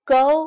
go